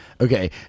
Okay